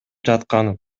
жаткан